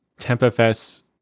tempfs